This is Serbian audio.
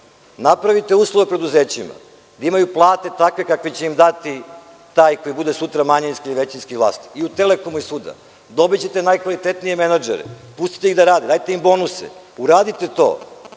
Napravite uslove u preduzećima, da imaju plate takve kakve će im dati taj koji bude sutra manjinski ili većinski vlasnik. I u „Telekomu“, i svuda dobićete najkvalitetnije menadžere. Pustite ih da rade, dajte im bonuse. Uradite to.